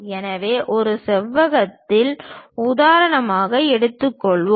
எனவே ஒரு செவ்வகத்தின் உதாரணத்தை எடுத்துக் கொள்வோம்